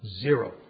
zero